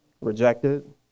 rejected